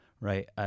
right